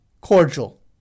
cordial